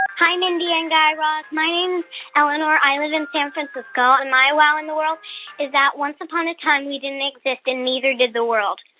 hi, mindy and guy raz. my name's eleanor. i live in san francisco. and my wow in the world is that, once upon a time, we didn't exist, and neither did the world.